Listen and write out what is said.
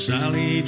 Sally